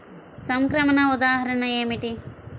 సంక్రమణ ఉదాహరణ ఏమిటి?